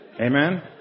Amen